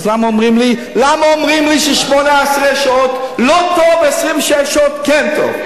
למה אומרים לי ש-18 שעות לא טוב ו-26 שעות כן טוב?